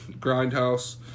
grindhouse